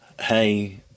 hey